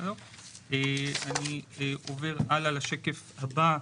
אני עובר לשקף הבא,